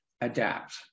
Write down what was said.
adapt